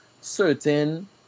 certain